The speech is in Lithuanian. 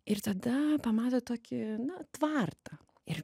ir tada pamato tokį na tvartą ir